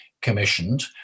commissioned